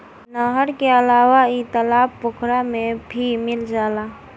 नहर के अलावा इ तालाब पोखरा में भी मिल जाला